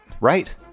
right